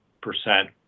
percent